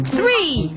three